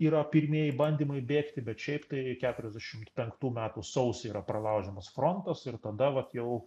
yra pirmieji bandymai bėgti bet šiaip tai keturiasdešimt penktų metų sausį yra pralaužiamas frontas ir tada vat jau